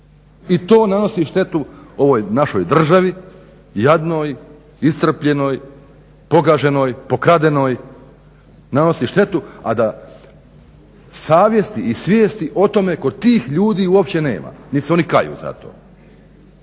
I to nanosi štetu ovoj našoj državi, jadnoj, iscrpljenoj, pogaženoj, pokradenoj, nanosi štetu a da savjesti i svijesti o tome kod tih ljudi uopće nema niti se oni kaju za to.